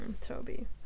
Toby